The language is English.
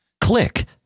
click